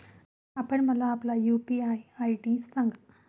आपण मला आपला यू.पी.आय आय.डी सांगा